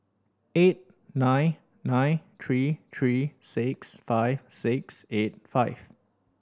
eight nine nine three three six five six eight five